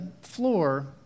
floor